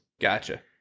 Gotcha